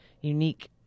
unique